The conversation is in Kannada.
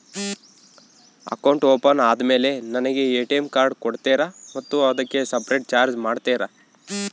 ಅಕೌಂಟ್ ಓಪನ್ ಆದಮೇಲೆ ನನಗೆ ಎ.ಟಿ.ಎಂ ಕಾರ್ಡ್ ಕೊಡ್ತೇರಾ ಮತ್ತು ಅದಕ್ಕೆ ಸಪರೇಟ್ ಚಾರ್ಜ್ ಮಾಡ್ತೇರಾ?